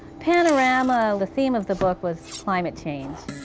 panorama, the theme of the book was climate change.